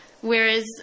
Whereas